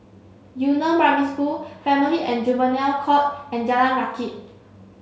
Yu Neng Primary School Family and Juvenile Court and Jalan Rakit